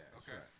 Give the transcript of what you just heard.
okay